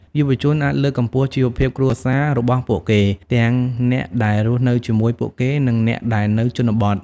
យុវជនអាចលើកកម្ពស់ជីវភាពគ្រួសាររបស់ពួកគេ ទាំងអ្នកដែលរស់នៅជាមួយពួកគេ និងអ្នកដែលនៅជនបទ។